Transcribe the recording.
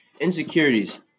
insecurities